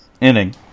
inning